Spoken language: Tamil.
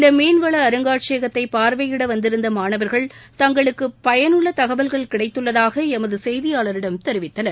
இந்த மீன்வள அருங்காட்சியகத்தை பார்வையிட வந்திருந்த மாணவர்கள் தங்களுக்கு பயனுள்ள தகவல்கள் கிடைத்துள்ளதாக எமது செய்தியாளரிடம் தெரிவித்தனர்